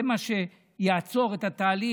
זה מה שיעצור את התהליך,